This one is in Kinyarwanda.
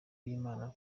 y’imana